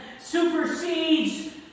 supersedes